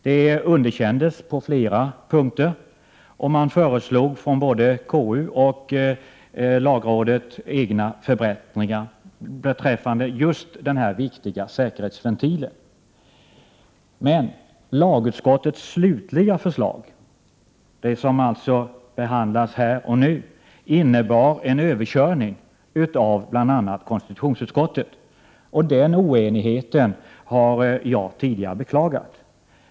Det underkändes på flera punkter, och både KU och lagrådet föreslog förbättringar beträffande just den viktiga ”säkerhetsventilen”. Lagutskottets slutliga förslag, det som alltså behandlas här och nu, innebär emellertid en överkörning av bl.a. konstitutionsutskottet, och den oenigheten har jag tidigare beklagat.